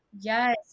yes